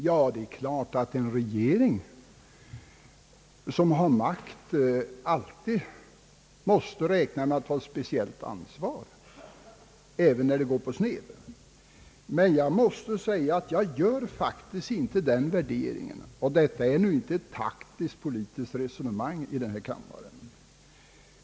Ja, det är klart att regeringen, som har makten, alltid måste räkna med ett speciellt ansvar även när det går på sned. Men jag gör faktiskt inte den vär deringen.